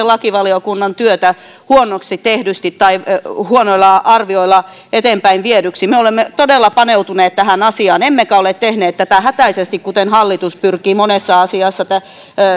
lakivaliokunnan työtä huonosti tehdyksi tai huonoilla arvioilla eteenpäin viedyksi me olemme todella paneutuneet tähän asiaan emmekä ole tehneet tätä hätäisesti kuten hallitus pyrkii monessa asiassa